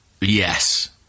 Yes